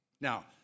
Now